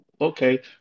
Okay